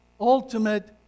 ultimate